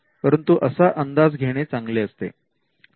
परंतु असा अंदाज घेणे चांगले असते